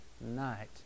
night